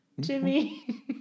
Jimmy